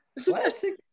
Classic